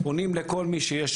כלומר, פונים לכל מי שיש